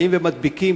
שבאים ומדביקים.